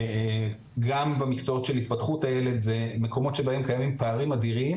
גם במקצועות של התפתחות הילד זה מקומות שבהם קיימים פערים אדירים